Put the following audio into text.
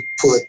put